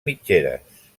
mitgeres